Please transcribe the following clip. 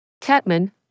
catman